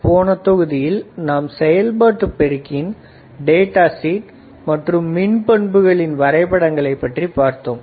போன தொகுதியில் நாம் செயல்பாட்டு பெருக்கியின் டேட்டா ஷீட் மற்றும் மின் பண்புகளின் வரைபடங்களை பற்றி பார்த்தோம்